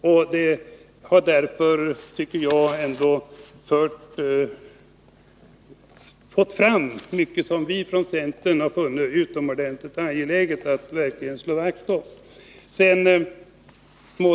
Förslaget innehåller enligt min mening mycket av det som vi från centern har ansett vara utomordentligt angeläget att slå vakt om.